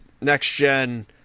next-gen